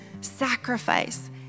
sacrifice